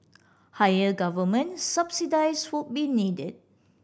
higher government subsidies would be needed